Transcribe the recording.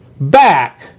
back